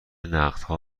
نقدها